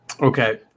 Okay